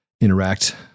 interact